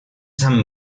san